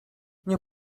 nie